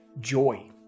joy